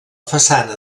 façana